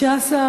התשע"ג 2013,